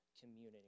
community